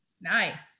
Nice